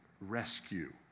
rescue